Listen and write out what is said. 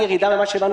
כמו שהבנו,